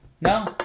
no